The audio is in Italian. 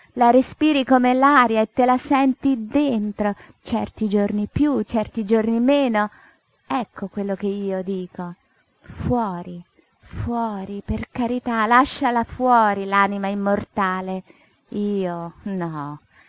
la respiri come l'aria e te la senti dentro certi giorni piú certi giorni meno ecco quello che io dico fuori fuori per carità lasciala fuori l'anima immortale io no